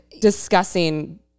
discussing